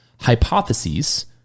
hypotheses